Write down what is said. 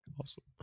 Awesome